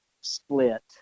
split